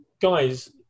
guys